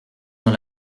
dans